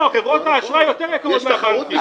חברות האשראי יותר יקרות מהבנקים.